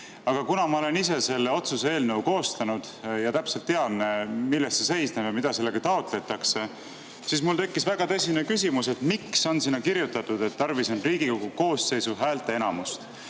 Aga kuna ma olen ise selle otsuse eelnõu koostanud ja täpselt tean, milles see seisneb ja mida sellega taotletakse, siis mul tekkis väga tõsine küsimus, miks on sinna kirjutatud, et tarvis on Riigikogu koosseisu häälteenamust.